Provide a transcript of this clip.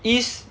east